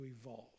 evolve